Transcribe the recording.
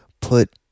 put